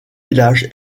village